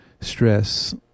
stress